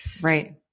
right